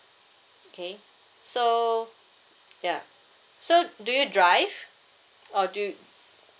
okay so ya so do you drive or do y~